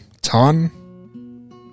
Ton